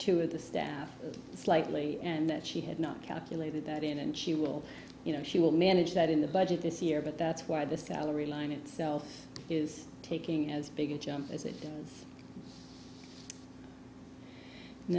two of the staff slightly and that she had not calculated that in and she will you know she will manage that in the budget this year but that's why the salary line itself is taking as big a jump as it